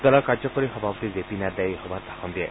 দলৰ কাৰ্যকৰী সভাপতি জে পি নাড্ডাই এই সভাত ভাষণ দিয়ে